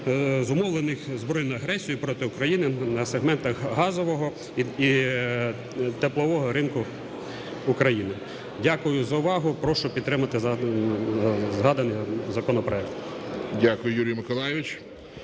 зумовлених збройною агресією проти України, на сегментах газового і теплового ринку України. Дякую за увагу. Прошу підтримати згаданий законопроект.